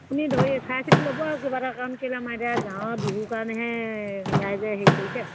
আপুনি ধৰি চাই চিতি ল'ব আৰু কিবা এটা কাৰণ কেলৈ আমাৰ এতিয়া গাঁৱৰ বিহুৰ কাৰণেহে ৰাইজে হেৰি কৰিছে